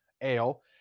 ale